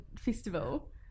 Festival